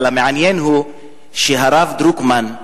אבל המעניין הוא שהרב דרוקמן,